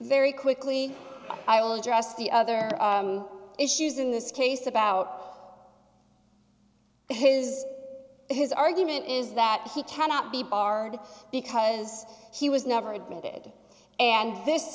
very quickly i will address the other issues in this case about his his argument is that he cannot be barred because he was never admitted and this